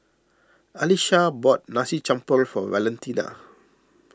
Alisha bought Nasi Campur for Valentina